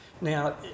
Now